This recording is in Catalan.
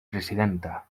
presidenta